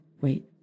wait